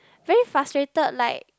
very frustrated like